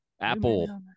apple